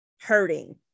hurting